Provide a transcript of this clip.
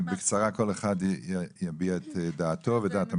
בקצרה כל אחד יביע את דעתו ואת דעת המשרד.